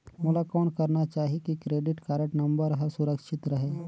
मोला कौन करना चाही की क्रेडिट कारड नम्बर हर सुरक्षित रहे?